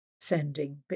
sending